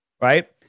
right